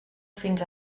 fins